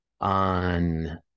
on